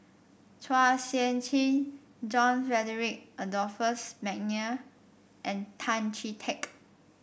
Chua Sian Chin John Frederick Adolphus McNair and Tan Chee Teck